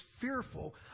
fearful